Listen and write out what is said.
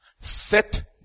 set